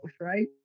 right